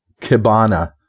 Kibana